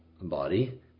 body